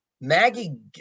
maggie